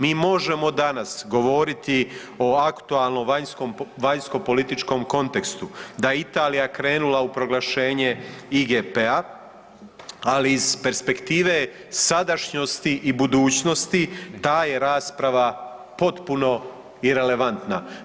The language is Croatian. Mi možemo danas govoriti o aktualnom vanjsko-političkom kontekstu, da je Italija krenula u proglašenje IGP-a, ali iz perspektive sadašnjosti i budućnosti ta je rasprava potpuno irelevantna.